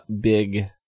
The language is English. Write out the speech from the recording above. big